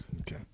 okay